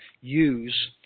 use